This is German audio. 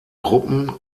gruppen